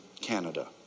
Canada